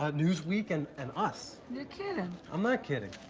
ah newsweek and and us. you're kidding. i'm not kidding.